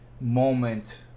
moment